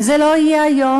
אם זה לא יהיה היום,